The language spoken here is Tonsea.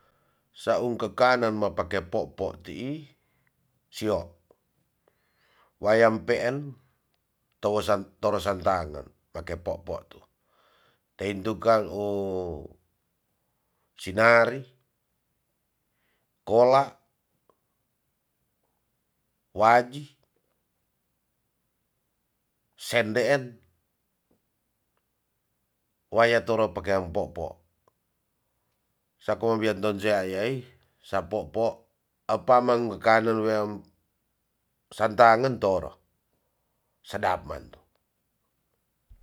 Saung kekanen ma pake popo tii sio wayam peen torosan tange pake popo tu teintu kang u sinari kola waji sendeen waya toro pekeen popo sako wian tonsea ayai sa popo a pamen bekanen wem santangen toro sadap man